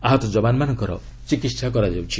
ଆହତ ଯବାନମାନଙ୍କର ଚିକିତ୍ସା କରାଯାଉଛି